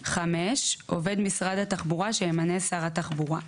; (5) עובד משרד התחבורה, שימנה שר התחבורה.